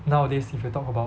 nowadays if you talk about